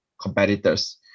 competitors